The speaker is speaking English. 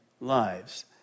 lives